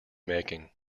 making